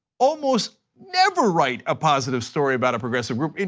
almost never write a positive story about a progressive group.